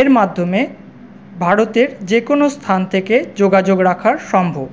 এর মাধ্যমে ভারতের যেকোনো স্থান থেকে যোগাযোগ রাখা সম্ভব